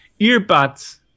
earbuds